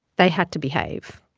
they had to behave.